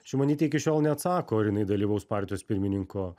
šimonytė iki šiol neatsako ar jinai dalyvaus partijos pirmininko